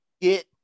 get